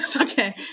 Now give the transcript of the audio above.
Okay